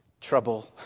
Trouble